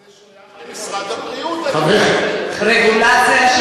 זה שייך למשרד הבריאות, חבר, רגולציה,